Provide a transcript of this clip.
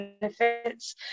benefits